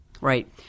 Right